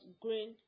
green